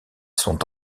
sont